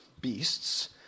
beasts